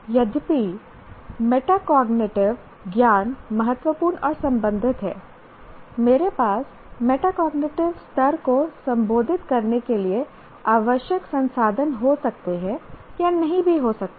यद्यपि मेटाकोग्निटिव ज्ञान महत्वपूर्ण और संबंधित है मेरे पास मेटाकोग्निटिव स्तर को संबोधित करने के लिए आवश्यक संसाधन हो सकते हैं या नहीं भी हो सकते हैं